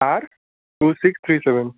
R two six three seven